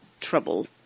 trouble